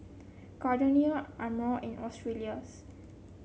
Gardenia Amore and Australis